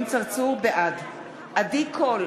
בעד עדי קול,